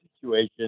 situation